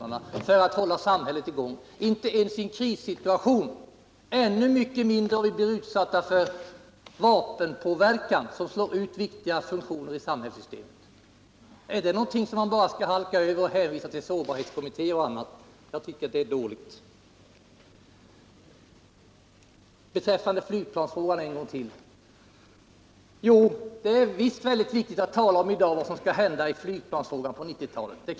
Vi kan inte hålla samhället i gång i en krissituation och än mycket mindre om vi blir utsatta för vapen, som slår ut viktiga samhällsfunktioner. Är det frågor som man skall halka över genom att bara hänvisa till sårbarhetskommittén och annat? Jag tycker att det är dåligt att man gör så. Ytterligare några ord i flygplansfrågan. Det är visst väldigt viktigt att i dag diskutera om vad som skall hända i flygplansfrågan på 1990-talet.